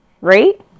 right